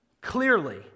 Clearly